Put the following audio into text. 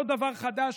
לא דבר חדש.